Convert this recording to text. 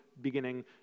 beginning